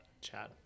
Chad